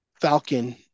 Falcon